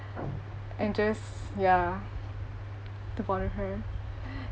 and just ya to bond with her